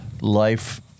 life